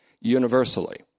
universally